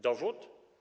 Dowód?